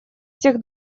всех